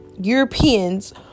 Europeans